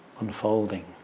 unfolding